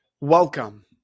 welcome